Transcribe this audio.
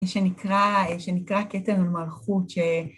‫שנקרא, שנקרא "כתר מלכות" ש...